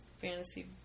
fantasy